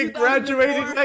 graduating